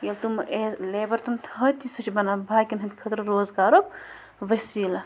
ییٚلہِ تم ایز لیبَر تٕم تھٲے تہٕ سُہ چھِ بَنان باقیَن ہٕنٛدۍ خٲطرٕ روزگارُک ؤسیٖلہٕ